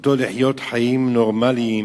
מזכותו לחיות חיים נורמליים,